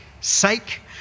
sake